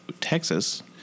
Texas